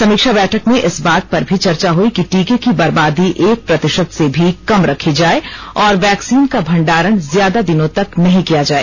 समीक्षा बैठक में इस बात पर भी चर्चा हई कि टीके की बर्बादी एक प्रतिशत से भी कम रखी जाए और वैक्सीन का भंडारण ज्यादा दिनों तक नहीं किया जाए